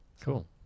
Cool